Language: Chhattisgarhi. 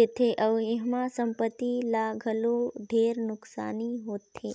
देथे अउ एम्हा संपति ल घलो ढेरे नुकसानी होथे